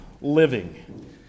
living